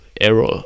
error